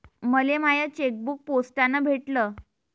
मले माय चेकबुक पोस्टानं भेटल